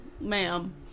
ma'am